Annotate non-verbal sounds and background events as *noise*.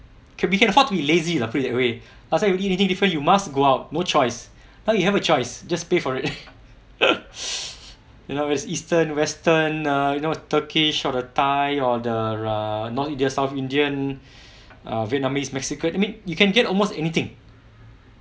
okay we can afford to be lazy lah put it that way last time you eat anything different you must go out no choice now you have a choice just pay for it *laughs* you know is eastern western ah you know turkish or a thai or the err north indian south indian ah vietnamese mexican I mean you can get almost anything